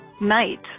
night